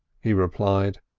he replied.